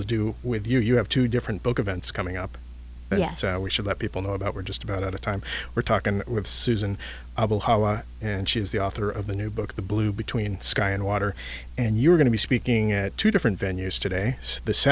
to do with you you have two different book events coming up yes we should let people know about we're just about out of time we're talking with susan and she is the author of the new book the blue between sky and water and you're going to be speaking at two different venues today th